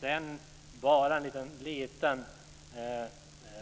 Jag har bara en liten grej till.